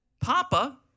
Papa